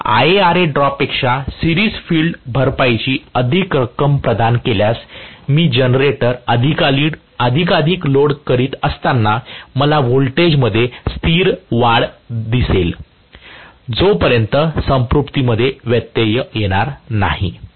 मी IaRa ड्रॉपपेक्षा series field भरपाईची अधिक रक्कम प्रदान केल्यास मी जनरेटर अधिकाधिक लोड करीत असताना मला व्होल्टेजमध्ये स्थिर वाढ दिसेल जोपर्यंत संतृप्तिमध्ये व्यत्यय येणार नाही